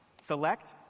select